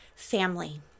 family